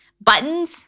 buttons